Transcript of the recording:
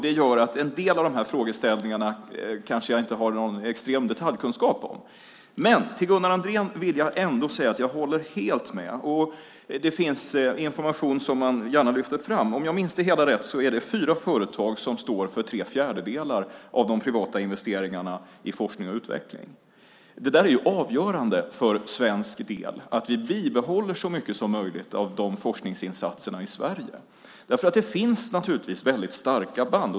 Det gör att jag kanske inte har någon extrem detaljkunskap om en del av de här frågeställningarna. Men till Gunnar Andrén vill jag ändå säga att jag helt håller med. Det finns information som man gärna vill lyfta fram. Om jag minns det hela rätt är det fyra företag som står för tre fjärdedelar av de privata investeringarna i forskning och utveckling. Det är avgörande för svensk del att vi behåller så mycket som möjligt av de forskningsinsatserna i Sverige. Det finns naturligtvis väldigt starka band.